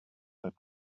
that